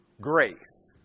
grace